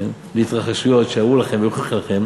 כן, להתרחשויות שיראו לכם ויוכיחו לכם